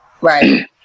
Right